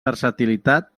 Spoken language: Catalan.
versatilitat